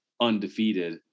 undefeated